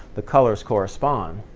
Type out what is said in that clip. the colors correspond.